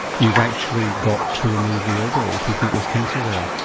you've actually got to remove the ovary if you think there's cancer there.